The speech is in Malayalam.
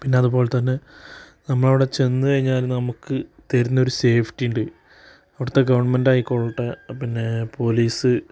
പിന്നെ അതുപോലെതന്നെ നമ്മളവിടെ ചെന്ന് കയിഞ്ഞാൽ നമുക്ക് തരുന്നൊരു സേഫ്റ്റി ഉണ്ട് അവിടുത്തെ ഗവൺമെൻ്റ് ആയിക്കൊള്ളട്ടെ പിന്നെ പോലീസ്